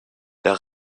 der